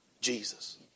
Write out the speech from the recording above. Jesus